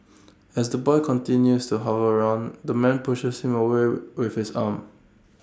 as the boy continues to hover around the man pushes him away with his arm